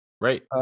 Right